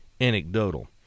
anecdotal